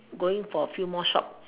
going for a few more shop